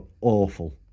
awful